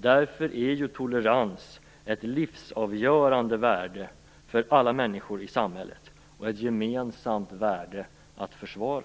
Därför är tolerans ett livsavgörande värde för alla människor i samhället och ett gemensamt värde att försvara.